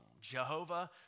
Jehovah